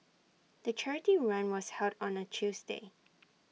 the charity run was held on A Tuesday